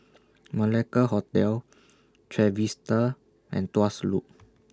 Malacca Hotel Trevista and Tuas Loop